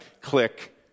Click